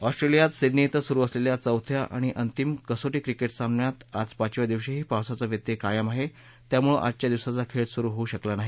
ऑस्ट्रेलियात सिडनी इथं सुरू असलेल्या चौथ्या आणि अंतिम कसोटी क्रिकेट सामन्यात आज पाचव्या दिवशीही पावसाचा व्यत्यय कायम आहे त्यामुळे आजच्या दिवसाचा खेळ सुरू होऊ शकला नाही